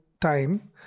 time